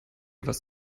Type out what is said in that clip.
was